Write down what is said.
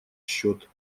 счет